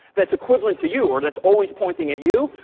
that's equivalent to you. or that's always pointing at you.